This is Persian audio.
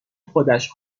خودش